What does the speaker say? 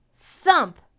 thump